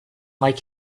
like